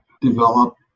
develop